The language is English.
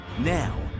Now